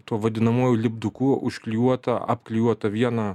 tuo vadinamuoju lipduku užklijuotą apklijuotą vieną